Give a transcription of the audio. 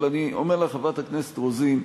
אבל אני אומר לך, חברת הכנסת רוזין,